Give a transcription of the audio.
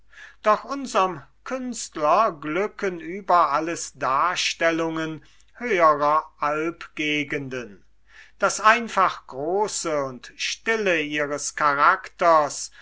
doch unserm künstler glücken über alles darstellungen höherer alpgegenden das einfach große und stille ihres charakters